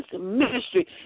ministry